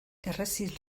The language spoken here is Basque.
errezil